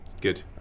Good